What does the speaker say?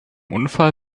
unfall